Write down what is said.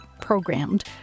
programmed